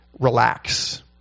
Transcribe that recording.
relax